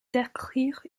décrire